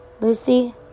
Lucy